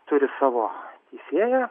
turi savo teisėją